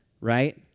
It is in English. right